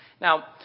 Now